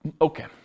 Okay